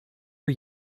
for